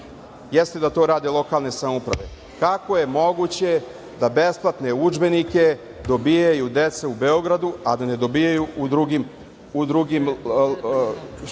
Jeste da to rade lokalne samouprave. Kako je moguće da besplatne udžbenike dobijaju deca u Beogradu, a da ne dobijaju van Beograda?